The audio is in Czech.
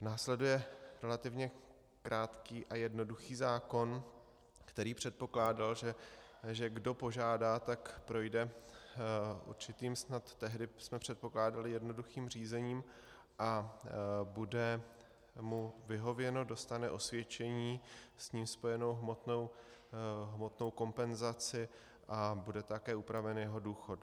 Následuje relativně krátký a jednoduchý zákon, který předpokládal, že kdo požádá, tak projde určitým tehdy jsme předpokládali jednoduchým řízením a bude mu vyhověno, dostane osvědčení a s ním spojenou hmotnou kompenzaci a bude také upraven jeho důchod.